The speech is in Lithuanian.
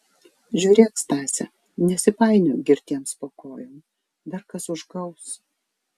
žiūrėk stase nesipainiok girtiems po kojom dar kas užgaus